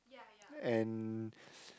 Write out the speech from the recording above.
and